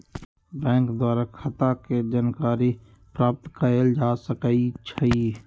bank द्वारा खता के जानकारी प्राप्त कएल जा सकइ छइ